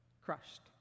Crushed